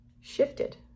shifted